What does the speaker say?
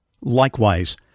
Likewise